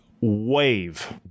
wave